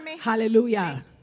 Hallelujah